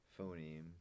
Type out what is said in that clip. phoneme